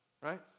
right